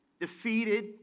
defeated